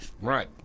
right